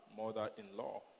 mother-in-law